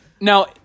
Now